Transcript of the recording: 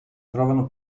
trovano